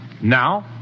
Now